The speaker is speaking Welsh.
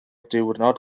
diwrnod